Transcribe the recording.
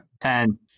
Ten